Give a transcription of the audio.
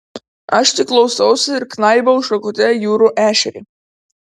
aš tik klausausi ir knaibau šakute jūrų ešerį